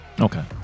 Okay